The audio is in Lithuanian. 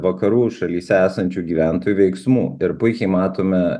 vakarų šalyse esančių gyventojų veiksmų ir puikiai matome